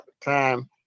time